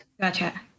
gotcha